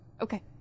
okay